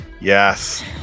Yes